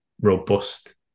robust